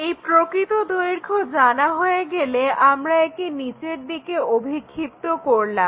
এই প্রকৃত দৈর্ঘ্য জানা হয়ে গেলে আমরা একে নিচের দিকে অভিক্ষিপ্ত করলাম